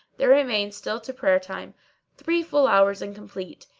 there remain still to prayer time three full hours and complete,